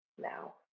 now